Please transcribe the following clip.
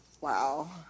Wow